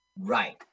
Right